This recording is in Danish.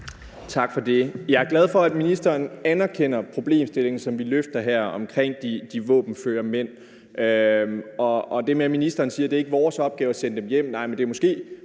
Tak for det. Jeg er glad for, at ministeren anerkender problemstillingen, som vi løfter her, omkring de våbenføre mænd. Og til det med, at ministeren siger, at det ikke er vores opgave at sende dem hjem, vil jeg sige: Nej,